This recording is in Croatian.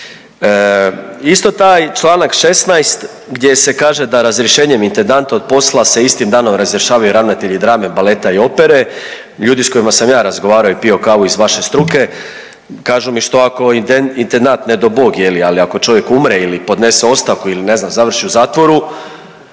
Isto taj Članak 16. gdje se kaže da razrješenjem intendanta od posla se istim danom razrješavaju i ravnatelji drame, balete i opere, ljudi s kojima sam ja razgovarao i pio kavu iz vaše struke kažu mi što ako intendant nedo Bog je li ako čovjek umre ili podnese ostavku ili ne znam završi u zatvoru,